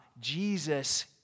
Jesus